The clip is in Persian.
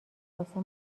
واسه